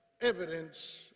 evidence